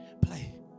Play